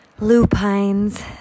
Lupines